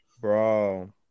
Bro